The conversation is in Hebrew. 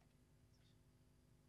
בלפור,